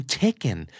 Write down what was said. taken